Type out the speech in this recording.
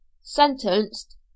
sentenced